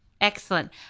Excellent